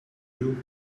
you